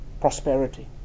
prosperity